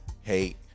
hate